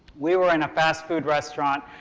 we were in a fast food restaurant,